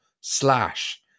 slash